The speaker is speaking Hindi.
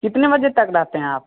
कितने बजे तक रहते हैं आप